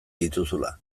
dituzula